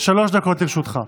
שלוש דקות לרשותך.